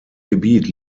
gebiet